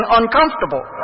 uncomfortable